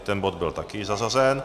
Tento bod byl taky zařazen.